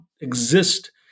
exist